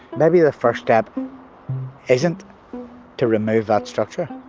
maybe the first step isn't to remove that structure.